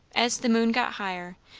as the moon got higher,